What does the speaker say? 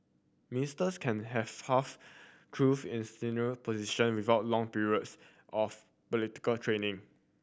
ministers can have half truth in senior position without long periods of political training